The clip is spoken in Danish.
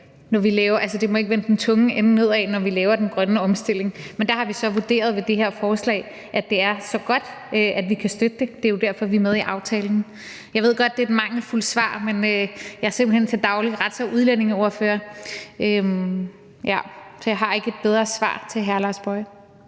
det ikke må vende den tunge ende nedad, når vi laver den grønne omstilling. Men vi har så vurderet, at det her forslag er så godt, at vi kan støtte det. Det er jo derfor, vi er med i aftalen. Jeg ved godt, at det er et mangelfuldt svar, men jeg er simpelt hen til daglig rets- og udlændingeordfører, så jeg har ikke et bedre svar til hr. Lars Boje